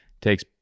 takes